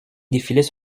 défilaient